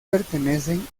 pertenecen